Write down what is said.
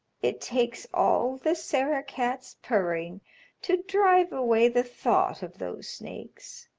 it takes all the sarah-cats's purring to drive away the thought of those snakes.